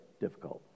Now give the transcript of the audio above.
difficult